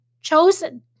chosen